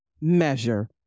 measure